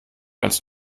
als